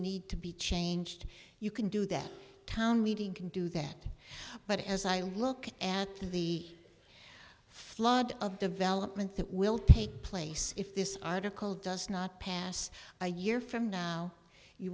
need to be changed you can do that town we can do that but as i look at the flood of development that will take place if this article does not pass by a year from now you